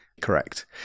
correct